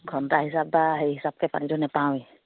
ঘণ্টা হিচাপ বা সেই হিচাপকৈ পানীটো নাপাওঁৱেই